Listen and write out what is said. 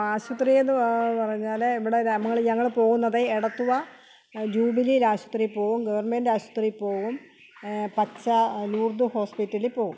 ആശുപത്രീ എന്നു പറഞ്ഞാൽ ഇവിടെ നമ്മൾ ഞങ്ങൾ പോകുന്നത് എടത്വ ജൂബിലിയിൽ ആശുപത്രിയിൽ പോകും ഗവൺമെൻറ്റാശുപത്രിയിൽ പോകും പച്ച ലൂർദ് ഹോസ്പിറ്റലിൽ പോകും